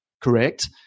correct